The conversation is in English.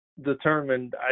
determined